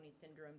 syndrome